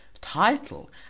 title